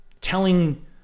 telling